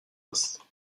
هست